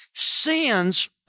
sins